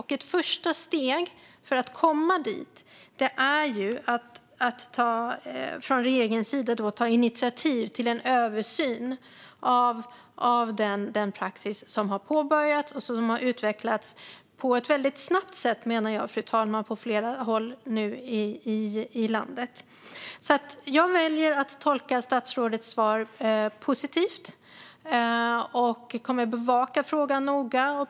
Ett första steg för att komma dit är att från regeringens sida ta initiativ till en översyn av den praxis som har utvecklats väldigt snabbt, menar jag, fru talman, på flera håll i landet. Jag väljer att tolka statsrådets svar positivt och kommer att bevaka frågan noga.